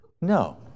No